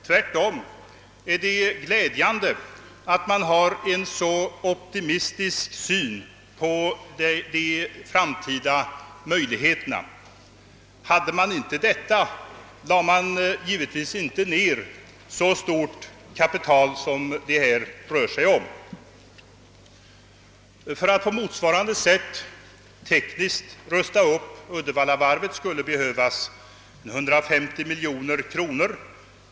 Tvärtom — det är glädjande att man har en så optimistisk syn på de framtida möjligheterna. Hade man inte detta så lade man givetvis inte ner så stora kapital som det här rör sig om. För att på motsvarande sätt tekniskt rusta upp Uddevallavarvet skulle behövas 150 miljoner kronor.